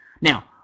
Now